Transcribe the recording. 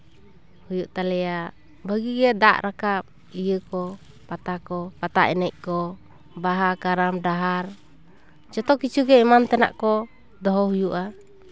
ᱦᱩᱭᱩᱜ ᱛᱟᱞᱮᱭᱟ ᱵᱷᱟᱹᱜᱤ ᱜᱮ ᱫᱟᱜ ᱨᱟᱠᱟᱵ ᱤᱭᱟᱹ ᱠᱚ ᱯᱟᱛᱟ ᱠᱚ ᱯᱟᱛᱟ ᱮᱱᱮᱡ ᱠᱚ ᱵᱟᱦᱟ ᱠᱟᱨᱟᱢ ᱰᱟᱦᱟᱨ ᱡᱚᱛᱚ ᱠᱤᱪᱷᱩ ᱜᱮ ᱮᱢᱟᱱ ᱛᱮᱱᱟᱜ ᱫᱚᱦᱚ ᱦᱩᱭᱩᱜᱼᱟ